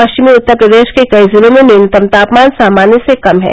पष्विमी उत्तर प्रदेष के कई जिलों में न्यूनतम तापमान सामान्य से कम है